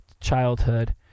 childhood